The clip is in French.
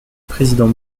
président